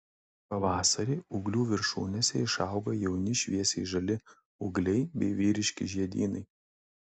pavasarį ūglių viršūnėse išauga jauni šviesiai žali ūgliai bei vyriški žiedynai